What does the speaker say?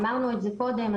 אמרנו את זה קודם,